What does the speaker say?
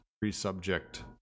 pre-subject